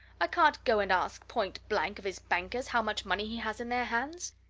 i can't go and ask, point blank, of his bankers how much money he has in their hands!